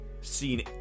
seen